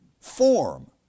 form